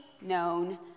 known